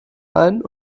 ein